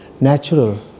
natural